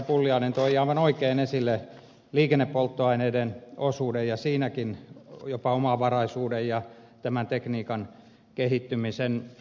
pulliainen toi aivan oikein esille liikennepolttoaineiden osuuden ja siinäkin jopa omavaraisuuden ja tämän tekniikan kehittymisen